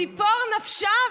ציפור נפשה,